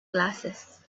glasses